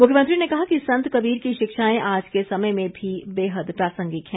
मुख्यमंत्री ने कहा कि संत कबीर की शिक्षाएं आज के समय में भी बेहद प्रासंगिक है